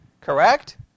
Correct